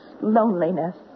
loneliness